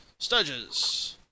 Studges